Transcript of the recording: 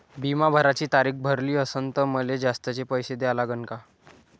बिमा भराची तारीख भरली असनं त मले जास्तचे पैसे द्या लागन का?